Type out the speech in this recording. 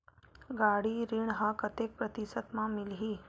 गाड़ी ऋण ह कतेक प्रतिशत म मिलही?